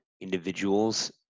individuals